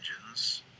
engines